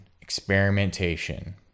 experimentation